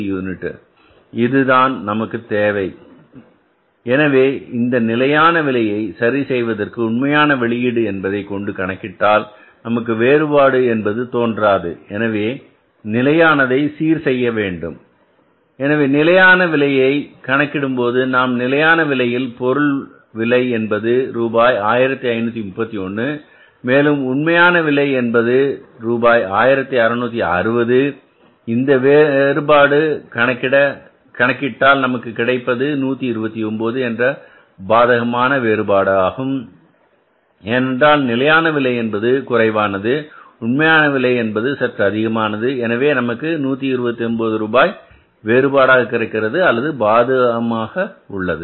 5 இதுதான் நமது தேவை எனவே இந்த நிலையான விலையை சரி செய்வதற்கு உண்மையான வெளியீடு என்பதை கொண்டு கணக்கிட்டால் நமக்கு வேறுபாடு என்பது தோன்றாது எனவே நிலையானது சீர் செய்ய வேண்டும் எனவே நிலையான விலையை கணக்கிடும்போது நாம் நிலையான விலையில் பொருள் விலை என்பது ரூபாய் 1531 மேலும் உண்மையான விலை என்பது ரூபாய் 1660 இந்த வேறுபாடு கணக்கிட கணக்கிட்டால் நமக்கு கிடைப்பது 129 என்ற பாதகமான வேறுபாடு ஆகும் ஏனென்றால் நிலையான விலை என்பது குறைவானது உண்மையான விலை என்பது சற்று அதிகமானது எனவே நமக்கு 129 ரூபாய் வேறுபாடாக கிடைக்கிறது அல்லது பாதகமாக உள்ளது